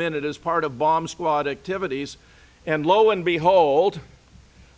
minute as part of bomb squad activities and lo and behold